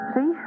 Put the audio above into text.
See